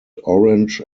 orange